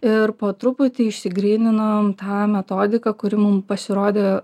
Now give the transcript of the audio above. ir po truputį išsigryninom tą metodiką kuri mums pasirodė